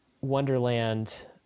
Wonderland